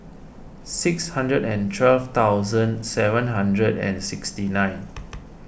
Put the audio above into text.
six hundred and twelve thousand seven hundred and sixty nine